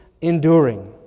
enduring